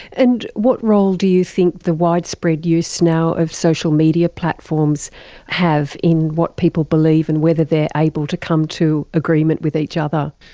and what role do you think the widespread use now of social media platforms have in what people believe and whether they are able to come to agreement with each other?